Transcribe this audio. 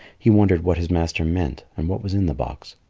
he wondered what his master meant and what was in the box.